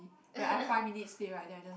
where I five minutes stay right then I just